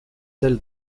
tel